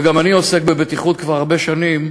וגם אני עוסק בבטיחות כבר הרבה שנים,